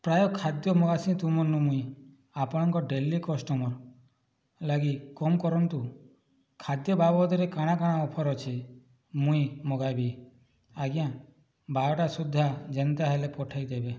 ପ୍ରାୟ ଖାଦ୍ୟ ମଗାସି ତୁମନୁ ମୁଁ ଆପଣଙ୍କ ଡେଲି କଷ୍ଟମର ଲାଗି କମ୍ କରନ୍ତୁ ଖାଦ୍ୟ ବାବଦରେ କ'ଣ କ'ଣ ଅଫର ଅଛି ମୁଁ ମଗାଇବି ଆଜ୍ଞା ବାରଟା ସୁଦ୍ଧା ଯେମିତି ହେଲେ ପଠାଇଦେବେ